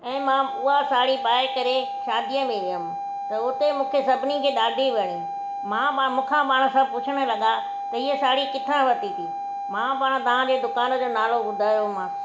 ऐं मां उहा साड़ी पाई करे शादीअ में वियमि त उते मूंखे सभिनी खे ॾाढी वणी मां ॿ मूं खां माण्हू सभु पुछण लॻा त हीअ साड़ी किथा वठी थी मां पाण तव्हांजे दुकानु जो नालो ॿुधायोमास